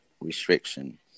restriction